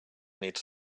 needs